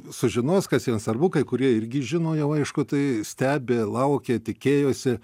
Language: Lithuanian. sužinos kas jiems svarbu kai kurie irgi žino jau aišku tai stebi laukia tikėjosi